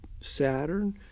Saturn